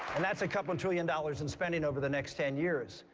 and that's a couple and trillion dollars in spending over the next ten years.